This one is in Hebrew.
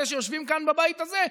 אלה שיושבים בבית הזה,